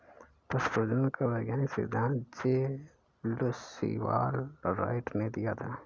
पशु प्रजनन का वैज्ञानिक सिद्धांत जे लुश सीवाल राइट ने दिया था